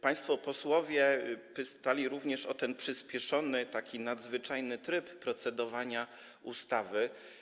Państwo posłowie pytali również o ten przyspieszony, nadzwyczajny tryb procedowania nad ustawą.